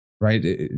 right